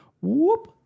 whoop